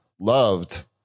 loved